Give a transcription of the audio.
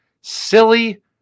Silly